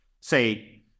say